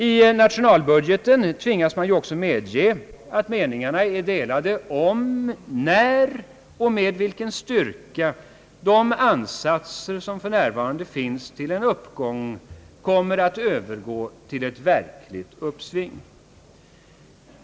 I nationalbudgeten tvingas man också medge, att meningarna är delade om, när och med vilken styrka de ansatser som för närvarande finns till en uppgång kommer att övergå till ett verkligt uppsving.